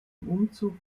umzug